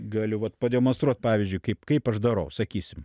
galiu vat pademonstruot pavyzdžiui kaip kaip aš darau sakysim